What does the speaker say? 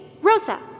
Rosa